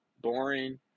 Boring